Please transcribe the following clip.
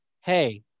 hey